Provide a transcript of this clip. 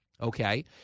Okay